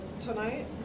tonight